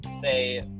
say